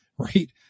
right